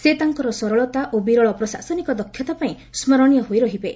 ସେ ତାଙ୍କର ସରଳତା ଓ ବିରଳ ପ୍ରଶାସନିକ ଦକ୍ଷତା ପାଇଁ ସ୍କରଣୀୟ ହୋଇ ରହିବେ